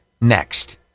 next